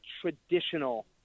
traditional